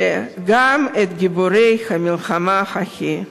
אלא גם את גיבורי המלחמה ההיא.